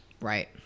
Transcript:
Right